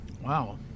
wow